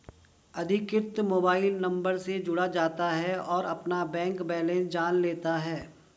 अधिकृत mobile number से जुड़ जाता है और अपना बैंक बेलेंस जान लेता है